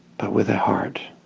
but with a heart